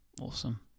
awesome